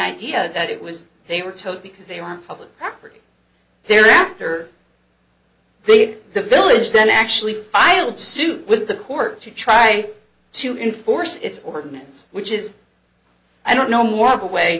idea that it was they were told because they are public property there after they had the village then actually filed suit with the court to try to enforce its ordinance which is i don't know more of a way